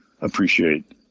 appreciate